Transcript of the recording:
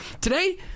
today